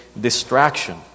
distraction